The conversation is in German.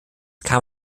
kam